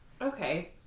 Okay